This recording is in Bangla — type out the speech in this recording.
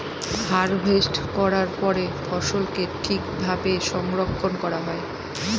হারভেস্ট করার পরে ফসলকে ঠিক ভাবে সংরক্ষন করা হয়